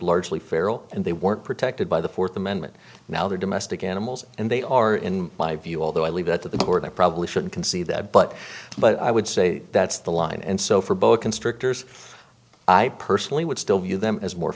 largely feral and they weren't protected by the fourth amendment now they're domestic animals and they are in my view although i leave that to the court i probably should concede that but but i would say that's the line and so for boa constrictors i personally would still view them as more